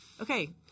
Okay